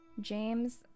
James